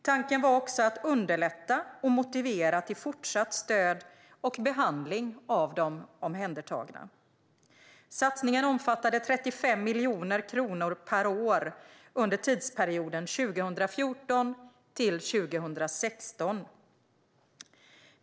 Tanken var också att underlätta och motivera till fortsatt stöd och behandling av de omhändertagna. Satsningen omfattade 35 miljoner kronor per år under tidsperioden 2014-2016.